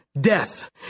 Death